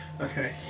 Okay